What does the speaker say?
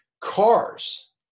cars